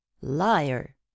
Liar